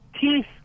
teeth